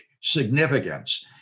significance